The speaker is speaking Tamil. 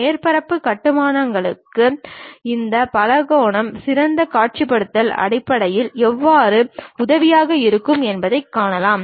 எனவே மேற்பரப்பு கட்டுமானங்களுக்கு இந்த பலகோணங்கள் சிறந்த காட்சிப்படுத்தல் அடிப்படையில் எவ்வாறு உதவியாக இருக்கும் என்பதைக் கண்டோம்